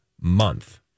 month